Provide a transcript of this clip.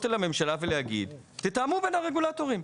אל הממשלה ולהגיד: תתאמו בין הרגולטורים.